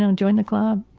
and join the club.